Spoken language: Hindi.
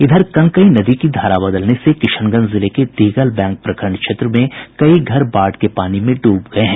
इधर कनकई नदी की धारा बदलने से किशनगंज जिले के दिघलबैंक प्रखंड क्षेत्र के कई घर बाढ़ के पानी में डूब गये हैं